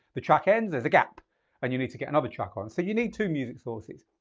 the track ends, there's a gap and you need to get another track on. so you need two music sources.